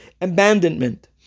abandonment